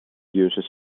uses